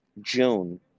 June